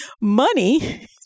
money